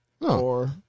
No